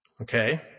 Okay